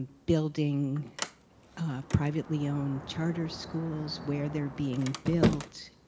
building privately owned charter schools, where they're being built.